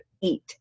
eat